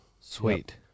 sweet